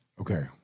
Okay